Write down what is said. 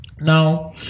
Now